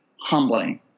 humbling